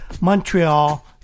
Montreal